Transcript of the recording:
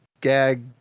gag